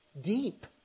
deep